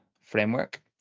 framework